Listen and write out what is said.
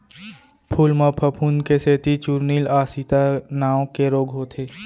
फूल म फफूंद के सेती चूर्निल आसिता नांव के रोग होथे